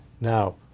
Now